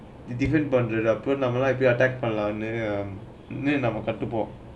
different பண்றதே:pandrathae attack கத்துக்குவோம்:kaththukuvom